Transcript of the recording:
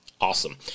Awesome